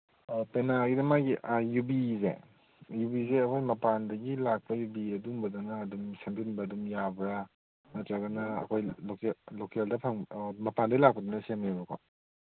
ꯑꯣ ꯄꯦꯅꯥꯒꯤꯁꯦ ꯃꯣꯏꯒꯤ ꯌꯨꯕꯤꯁꯦ ꯌꯨꯕꯤꯁꯦ ꯑꯩꯈꯣꯏ ꯃꯄꯥꯟꯗꯒꯤ ꯂꯥꯛꯄ ꯌꯨꯕꯤ ꯑꯗꯨꯝꯕꯗꯨꯅ ꯑꯗꯨꯝ ꯁꯦꯝꯖꯤꯟꯕ ꯑꯗꯨꯝ ꯌꯥꯕ꯭ꯔꯥ ꯅꯠꯇ꯭ꯔꯒꯅ ꯑꯩꯈꯣꯏ ꯃꯄꯥꯟꯗꯒꯤ ꯂꯥꯛꯄꯗꯨꯅ ꯁꯦꯝꯃꯦꯕꯀꯣ